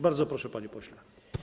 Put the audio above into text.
Bardzo proszę, panie pośle.